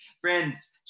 Friends